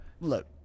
look